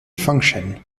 function